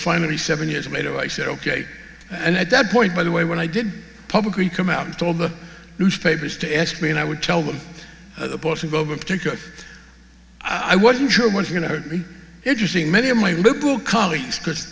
finally seven years later i said ok and at that point by the way when i did publicly come out and told the newspapers to ask me and i would tell them the post of over a particular i wasn't sure what's going to be interesting many of my liberal colleagues because